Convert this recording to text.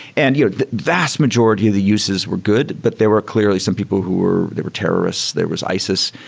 and yeah the vast majority of the uses were good, but there were clearly some people who were they were terrorists, there was isis,